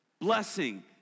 blessing